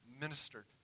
ministered